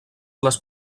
les